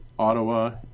ottawa